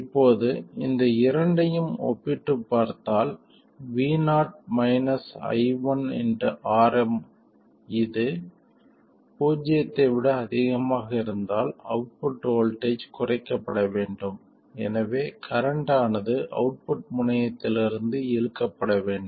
இப்போது இந்த இரண்டையும் ஒப்பிட்டுப் பார்த்தால் vo iiRm இது பூஜ்ஜியத்தை விட அதிகமாக இருந்தால் அவுட்புட் வோல்ட்டேஜ் குறைக்கப்பட வேண்டும் எனவே கரண்ட் ஆனது அவுட்புட் முனையிலிருந்து இழுக்கப்பட வேண்டும்